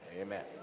amen